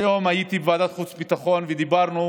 היום הייתי בוועדת החוץ והביטחון ודיברנו